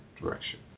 direction